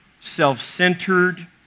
self-centered